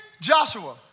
Joshua